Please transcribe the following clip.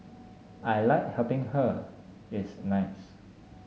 I like helping her it's nice